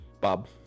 Bob